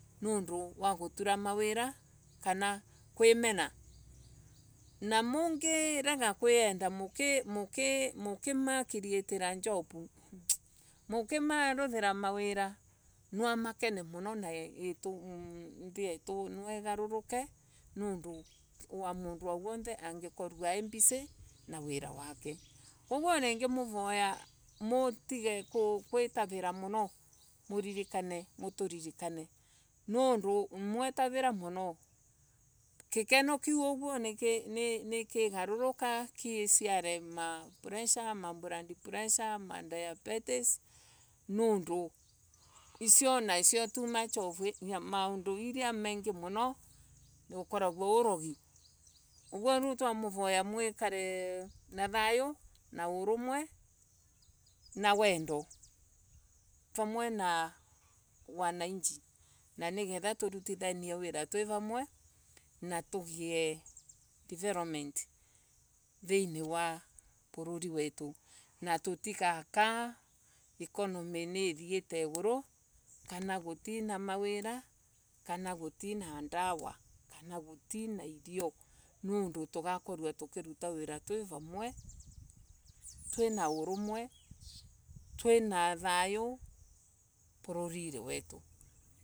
Nundu wa gutura mawira kana kwimena na munge rega kwienda a mukina ma createra job mukimaruthira mawira nwamakene muno na thii yetu nwaigavuruke muno niandu wa mundu angikorwa ai mbisi na wira wake koguo ningi muvoya mutige gwitarira muno muturirikane. tondu mwetariria muno gikeno nikigavaruka giclaire presha ma diabetes nundu icio nacio tondu too much at every thing imauundu iria mingi muno ukoragwa wi arogi kuguo riu twa muvoya. mwikare na thayo a urumwe naa wendo vamwe na wananchi nigetha turutithanie twi vamwe na tugie development thiini wa bururi wetu na tutiga kaa economy ni ithiite iguru kana gitii na mawira kana gutii a dawa kana gutii na irio nodu tugakorwa tukivuta wira twi vamwe twi na urumwe twi na thayu bururi wetu.